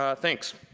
ah thanks.